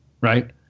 right